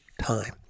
time